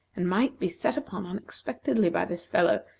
and might be set upon unexpectedly by this fellow,